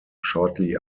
shortly